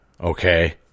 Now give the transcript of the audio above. okay